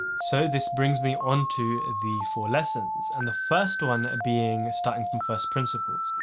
so, this brings me on to the four lessons and the first one being starting from first principles.